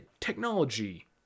technology